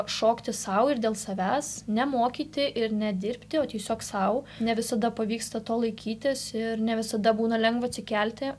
šokti sau ir dėl savęs ne mokyti ir ne dirbti o tiesiog sau ne visada pavyksta to laikytis ir ne visada būna lengva atsikelti